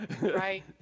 Right